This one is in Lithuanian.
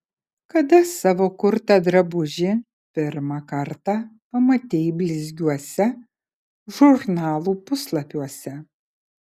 kada savo kurtą drabužį pirmą kartą pamatei blizgiuose žurnalų puslapiuose